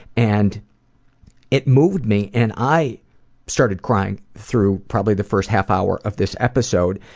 and it moved me and i started crying through probably the first half hour of this episode.